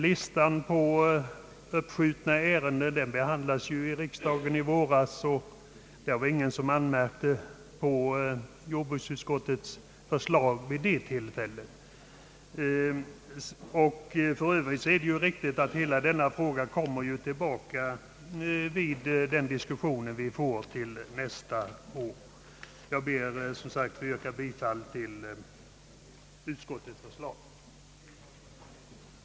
Listan på uppskjutna ärenden behandlades emellertid av riksdagen i våras, och det fanns ingen som anmärkte på jordbruksutskottets förslag vid det tillfället. För övrigt är det ju riktigt att denna fråga kommer tillbaka vid den diskussion vi får nästa år. Jag ber att få yrka bifall till utskottets förslag.